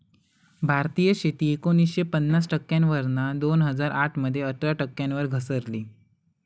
भारतीय शेती एकोणीसशे पन्नास टक्क्यांवरना दोन हजार आठ मध्ये अठरा टक्क्यांवर घसरली